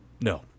No